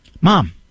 Mom